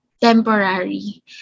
temporary